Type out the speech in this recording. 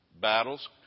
Battles